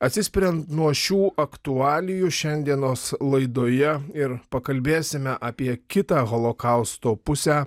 atsispiriant nuo šių aktualijų šiandienos laidoje ir pakalbėsime apie kitą holokausto pusę